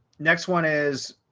next one is